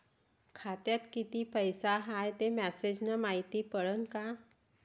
खात्यात किती पैसा हाय ते मेसेज न मायती पडन का?